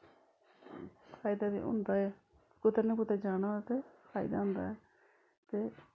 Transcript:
फायदा ते होंदा गै कुते ना कुतै जाना होए ते फायदा होंदा ऐ ते